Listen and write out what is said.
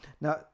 Now